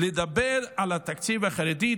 לדבר על התקציב החרדי,